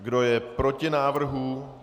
Kdo je proti návrhu?